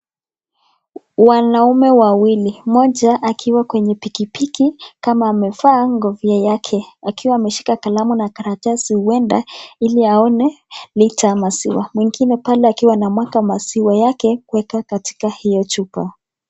Wanamume wawili, mmoja akiwa kwenye pikipiki kama amevaa kofia yake akiwa ameshika kalamu na karatasi uenda ili aone mita ya maziwa. Mwingine pale akiwa anamwaka maziwa yake kuweka katika hiyo chupa.